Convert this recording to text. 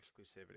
exclusivity